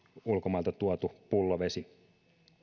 ulkomailta tuotu pullovesi